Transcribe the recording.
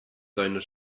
deiner